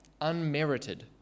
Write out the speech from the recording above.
unmerited